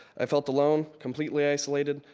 i felt alone, completely isolated,